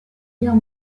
guerre